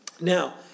Now